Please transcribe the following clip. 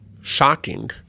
shocking